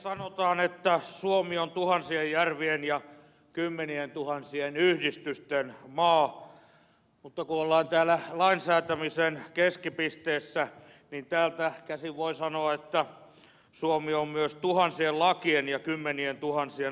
sanotaan että suomi on tuhansien järvien ja kymmenientuhansien yhdistysten maa mutta kun ollaan täällä lain säätämisen keskipisteessä niin täältä käsin voi sanoa että suomi on myös tuhansien lakien ja kymmenientuhansien asetusten maa